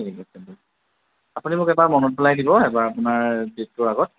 ঠিক আছে বাৰু আপুনি মোক এবাৰ মনত পেলাই দিব এবাৰ আপোনাৰ ডেটটোৰ আগত